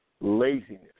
laziness